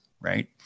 right